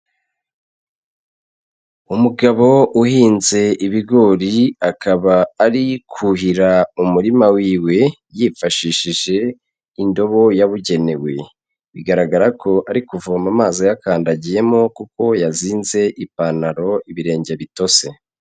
Umugabo uhinze ibigori akaba ari kuhira umurima wiwe yifashishije indobo yabugenewe, bigaragara ko ari kuvoma amazi ayakandagiyemo kuko yazinze ipantaro ibirenge bitose.